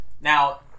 Now